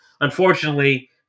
Unfortunately